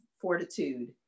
fortitude